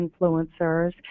influencers